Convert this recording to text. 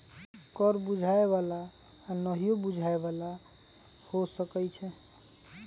कर बुझाय बला आऽ नहियो बुझाय बला हो सकै छइ